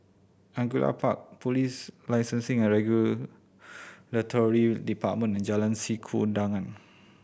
Angullia Park Police Licensing and Regulatory Department and Jalan Sikudangan